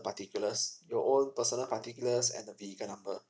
particulars your all personal particulars and the vehicle number